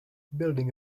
building